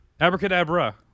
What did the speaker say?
Abracadabra